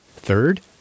Third